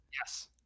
Yes